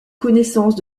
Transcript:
connaissance